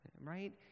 Right